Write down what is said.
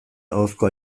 ahozko